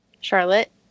Charlotte